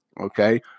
okay